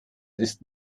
ist